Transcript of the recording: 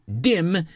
dim